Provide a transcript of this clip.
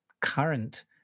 current